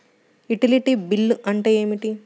Utility bill అంటే ఏమిటి?